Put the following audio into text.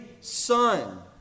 Son